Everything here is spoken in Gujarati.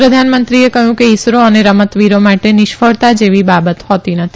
પ્રધાનમંત્રીએ કહયું કે ઈસરો અને રમતવીરો માટે નિષ્ફળતા જેવી બાબત હોતી નથી